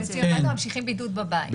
אז ממשיכים בידוד בבית.